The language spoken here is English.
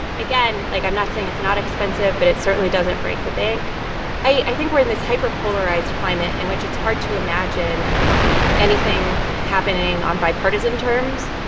again, like, i'm not saying it's not expensive, but it certainly doesn't break the bank i think we're in this hyperpolarized climate in which it's hard to imagine anything happening on bipartisan terms.